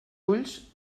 ulls